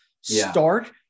start